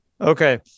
Okay